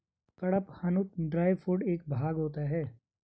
कड़पहनुत dry food का एक भाग होता है